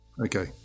Okay